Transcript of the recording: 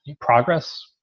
progress